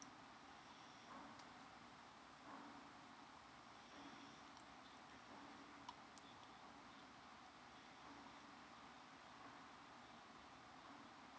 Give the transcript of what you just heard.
uh uh key